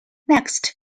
next